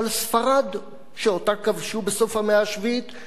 שאותה כבשו בסוף המאה השביעית, ואף על דרום צרפת.